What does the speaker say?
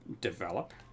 develop